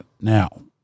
Now